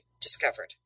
discovered